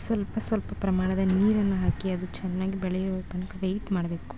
ಸ್ವಲ್ಪ ಸ್ವಲ್ಪ ಪ್ರಮಾಣದ ನೀರನ್ನು ಹಾಕಿ ಅದು ಚೆನ್ನಾಗಿ ಬೆಳೆಯೋ ತನಕ ವೇಯ್ಟ್ ಮಾಡಬೇಕು